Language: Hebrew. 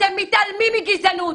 אתם מתעלמים מגזענות.